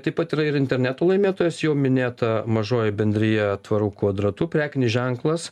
taip pat yra ir internetu laimėtojas jau minėta mažoji bendrija tvaru kvadratu prekinis ženklas